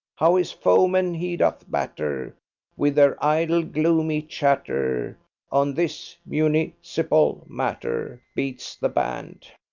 how his foemen he doth batter with their idle gloomy chatter on this muni cipal matter beats the band!